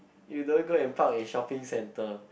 you don't go and park in shopping center